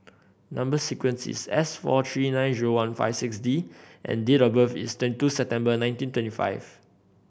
number sequence is S four three nine zero one five six D and date of birth is twenty two September nineteen twenty five